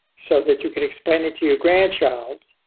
so that you can explain it to your grandchild,